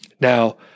Now